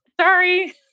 Sorry